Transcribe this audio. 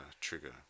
trigger